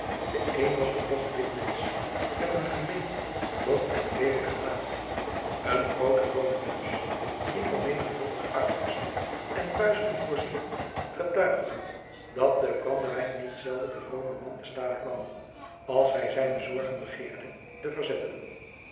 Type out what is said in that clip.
de een was een log dik mensch met een gemeen dom en lelijk gelaat een grooten rooden neus die van menigvuldige uitwassen en puisten voorzien getuigde dat de brandewijn niet zelden den vroomen man te stade kwam als hij zijne zorgen begeerde te verzetten